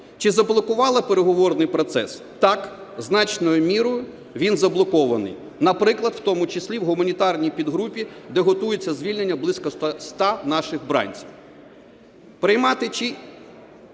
Чи заблокували переговорний процес? Так, значною мірою він заблокований, наприклад, в тому числі в гуманітарній підгрупі, де готується звільнення близько ста наших бранців.